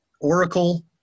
Oracle